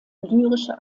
lyrische